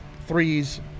threes